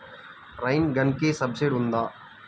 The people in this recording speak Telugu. రైన్ గన్కి సబ్సిడీ ఉందా?